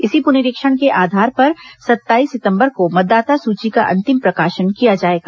इसी पुनरीक्षण के आधार पर सत्ताईस सितंबर को मतदाता सूची का अंतिम प्रकाशन किया जाएगा